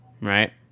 right